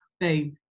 boom